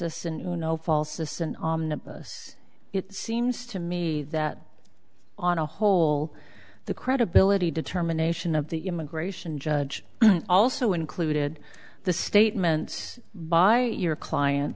falsus and you know falsus and it seems to me that on a whole the credibility determination of the immigration judge also included the statements by your client